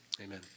amen